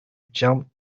jumped